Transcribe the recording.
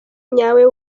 nyawe